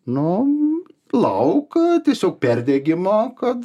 nu lauk tiesiog perdegimo kad